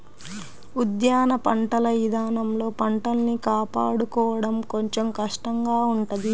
ఉద్యాన పంటల ఇదానంలో పంటల్ని కాపాడుకోడం కొంచెం కష్టంగా ఉంటది